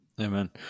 Amen